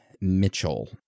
Mitchell